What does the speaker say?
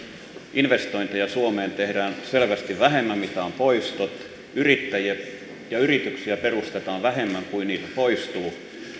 investointeja suomeen tehdään selvästi vähemmän kuin mitä ovat poistot yrittäjiä ja yrityksiä perustetaan vähemmän kuin niitä poistuu